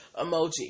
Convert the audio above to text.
emoji